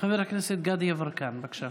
חבר הכנסת גדי יברקן, בבקשה.